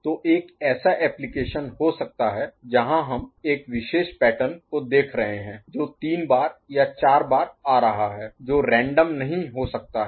तो एक ऐसा एप्लीकेशन हो सकता है जहां हम एक विशेष पैटर्न को देख रहे हैं जो 3 बार या 4 बार आ रहा है जो रैंडम नहीं हो सकता है